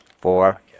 Four